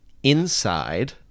Inside